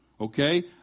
Okay